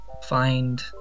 find